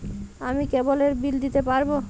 আমি কেবলের বিল দিতে পারবো?